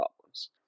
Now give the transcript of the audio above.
problems